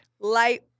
light